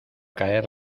caer